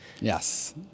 Yes